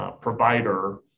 provider